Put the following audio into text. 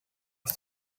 was